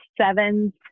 sevens